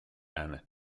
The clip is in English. and